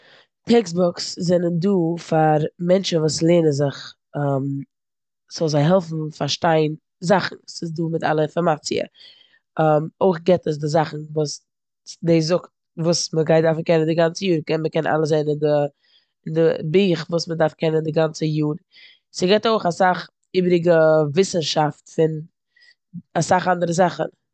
טעקסטבוקס זענען דא פאר מענטשן וואס לערנען זיך סאו זיי העלפן פארשטיין זאכן, ס'איז דא מיט אלע אינפארמאציע. אויך גיבט עס די זאכן וואס דאס זאגט וואס מ'גייט דארפן קענען די גאנצע יאר. קען- מ'קען אלעס זען אין די ביך וואס מ'דארף קענען די גאנצע יאר. ס'גיבט אויך אסאך איבעריגע וויסנשאפט פון אסאך אנדערע זאכן.